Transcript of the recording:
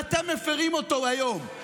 ואתם מפירים אותו היום.